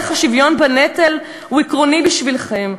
ערך השוויון בנטל הוא עקרוני בשבילכם.